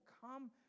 come